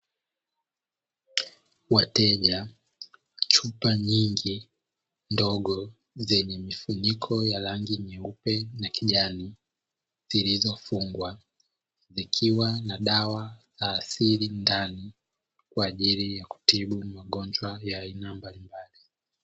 Wateja, chupa nyingi ndogo zenye mifuniko ya rangi nyeupe na kijani zilizofungwa, zikiwa na dawa za asili ndani kwa ajili ya kutibu magonjwa ya aina mbalimbali.